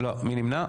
מי נמנע?